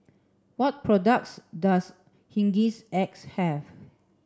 what products does Hygin X have